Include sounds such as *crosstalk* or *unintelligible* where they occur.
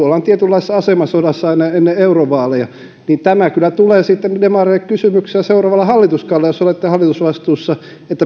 *unintelligible* ollaan tietynlaisessa asemasodassa ennen ennen eurovaaleja niin tämä kyllä tulee sitten demareille kysymyksenä seuraavalla hallituskaudella jos olette hallitusvastuussa